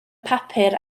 papur